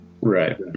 Right